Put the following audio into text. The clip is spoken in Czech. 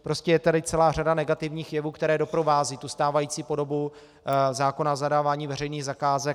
Prostě je tady celá řada negativních jevů, které doprovázejí tu stávající podobu zákona o zadávání veřejných zakázek.